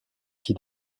qui